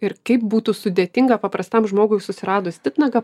ir kaip būtų sudėtinga paprastam žmogui susiradus titnagą